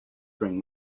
bring